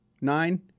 Nine